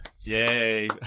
Yay